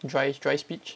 dry dry speech